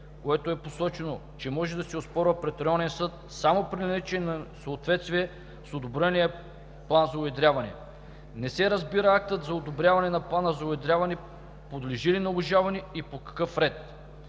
което е посочено, че може да се оспорва пред районния съд „само при наличие на несъответствие с одобрения план за уедряване“. Не се разбира актът за одобряване на плана за уедряване подлежи ли на обжалване и по какъв ред?